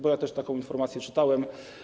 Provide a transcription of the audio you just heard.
Bo ja też taką informację czytałem.